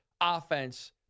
offense